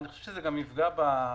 אני חושב שזה יפגע בהיערכות.